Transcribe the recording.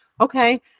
okay